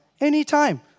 anytime